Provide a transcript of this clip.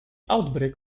outbreak